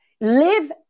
live